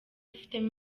bifitemo